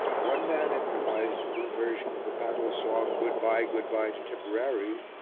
one man improvised a new version of the battlesong, good-bye, good-bye to tipperary,